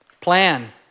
Plan